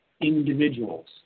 individuals